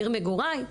עיר מגוריי,